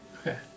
Okay